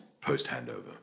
post-handover